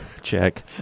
Check